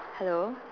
hello